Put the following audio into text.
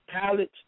college